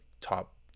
top